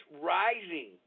rising